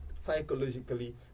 psychologically